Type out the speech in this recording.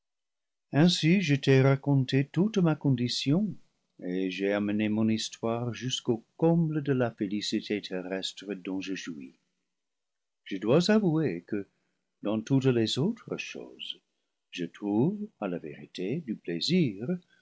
ainsi je t'ai raconté toute ma condition et j'ai amené mon le paradis perdu histoire jusqu'au comble de la félicité terrestre dont je jouis je dois avouer que dans toutes les autres choses je trouve à la vérité du plaisir